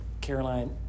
Caroline